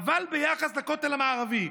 "אבל ביחס לכותל המערבי",